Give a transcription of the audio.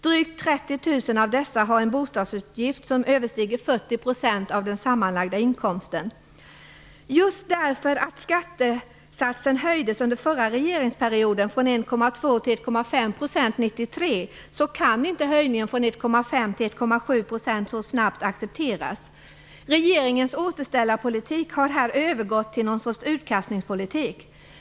Drygt 30 000 av dessa har en bostadsutgift som överstiger 40 % av den sammanlagda inkomsten. Just därför att skattesatsen höjdes under den förra regeringsperioden från 1,2 till 1,5 % år 1993, kan inte höjningen så snabbt från 1,5 till 1,7 % accepteras. Regeringens återställarpolitik har här övergått till något slags utkastningspolitik.